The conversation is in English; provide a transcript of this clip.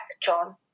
John